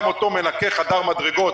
גם אותו מנקה חדר מדרגות,